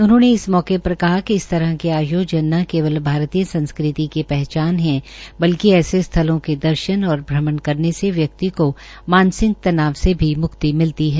उन्होंने इस मौके पर कहा कि इस तहर के आयोजन न केवल भारतीय सांस्कृति की पहचान है बल्कि ऐसे स्थलों के दर्शन और भ्रमण करने व्यक्ति का मानसिक तनाव से भी मुक्ति मिलती है